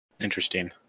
interesting